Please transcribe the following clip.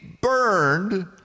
burned